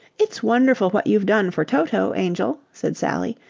it's wonderful what you've done for toto, angel, said sally,